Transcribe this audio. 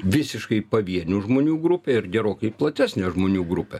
visiškai pavienių žmonių grupė ir gerokai platesnė žmonių grupė